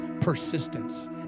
persistence